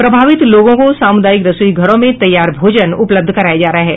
प्रभावित लोगों को सामुदायिक रसोई घरों में तैयार भोजन उपलब्ध कराया जा रहा है